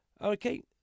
Okay